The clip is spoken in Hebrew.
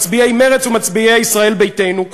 מצביעי מרצ ומצביעי ישראל ביתנו,